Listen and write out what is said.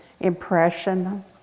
impression